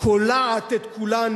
קולעת את כולנו